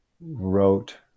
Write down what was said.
wrote